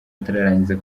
atararangiza